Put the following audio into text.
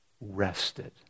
rested